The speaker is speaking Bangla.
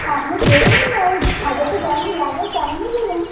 আপনি দেবেন ওই সাজাতে যেমন লাগে তেমনই দেবেন